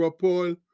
Paul